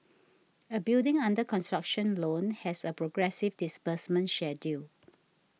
a building under construction loan has a progressive disbursement schedule